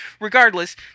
regardless